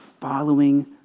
following